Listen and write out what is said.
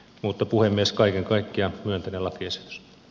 mutta puhemies kaiken kaikkiaan myönteinen lakiesitys